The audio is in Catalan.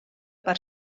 per